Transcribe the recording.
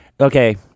Okay